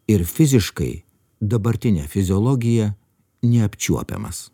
ir fiziškai dabartine fiziologija neapčiuopiamas